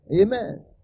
Amen